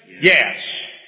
yes